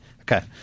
Okay